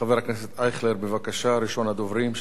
חבר הכנסת ישראל אייכלר, בבקשה, ראשון הדוברים.